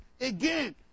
again